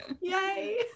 Yay